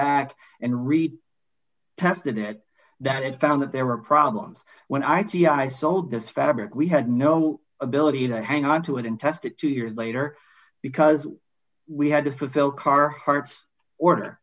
back and read tested it that it found that there were problems when i t i sold this fabric we had no ability to hang onto it and test it two years later because we had to fulfill carhart's order